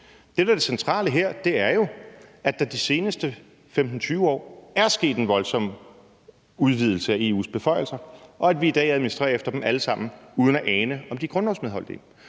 det centrale her, er jo, at der de seneste 15-20 år er sket en voldsom udvidelse af EU's beføjelser, og at vi i dag administrerer efter dem alle sammen uden at ane, om de er grundlovsmedholdelige.